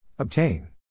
Obtain